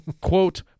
Quote